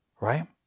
Right